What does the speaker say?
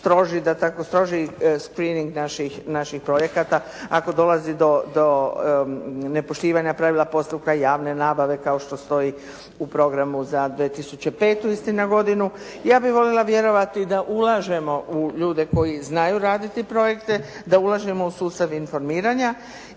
jedan stroži screening naših projekata ako dolazi do nepoštivanja pravila postupka javne nabave kao što stoji u programu za 2005. istina, godinu. Ja bih voljela vjerovati da ulažemo u ljude koji znaju projekte, da ulažemo u sustav informiranja